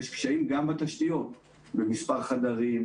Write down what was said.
יש קשיים גם בתשתיות במספר חדרים,